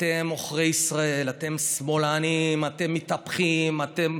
אתם עוכרי ישראל, אתם שמאלנים, אתם מתהפכים, אתם